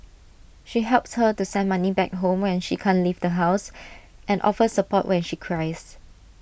she helps her to send money back home when she can't leave the house and offers support when she cries